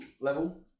level